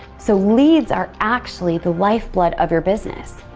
so leads are actually the life blood of your business.